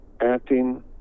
acting